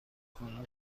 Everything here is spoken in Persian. کنم